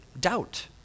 doubt